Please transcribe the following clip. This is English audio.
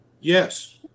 Yes